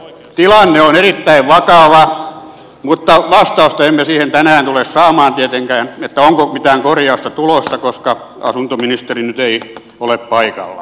tilanne on erittäin vakava mutta vastausta emme tänään tule saamaan tietenkään siihen onko mitään korjausta tulossa koska asuntoministeri nyt ei ole paikalla